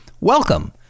welcome